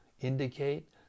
indicate